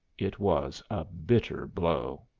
it was a bitter blow.